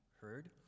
heard